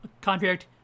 contract